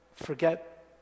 forget